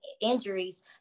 injuries